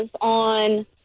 on